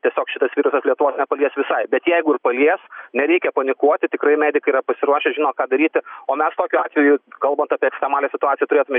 tiesiog šitas virusas lietuvos nepalies visai bet jeigu ir palies nereikia panikuoti tikrai medikai yra pasiruošę žino ką daryti o mes tokiu atveju kalbant apie ekstremalią situaciją turėtume